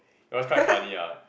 was quite funny lah